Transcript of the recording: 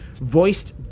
voiced